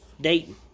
Dayton